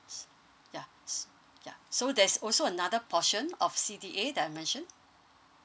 ya s~ ya so there's also another portion of C_D_A dimension